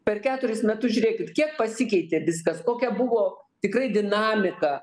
per keturis metus žiūrėkit kiek pasikeitė viskas kokia buvo tikrai dinamika